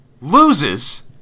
loses